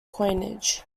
coinage